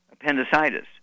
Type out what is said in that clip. appendicitis